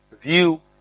view